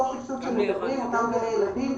אותו סבסוד שמקבלים אותם גני ילדים,